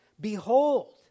Behold